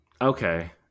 Okay